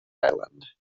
island